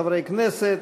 חברי הכנסת,